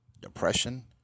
depression